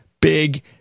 Big